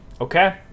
okay